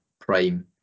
prime